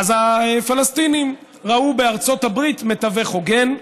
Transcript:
הפלסטינים ראו בארצות הברית מתווך הוגן,